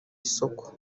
isoko